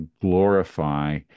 glorify